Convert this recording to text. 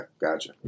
gotcha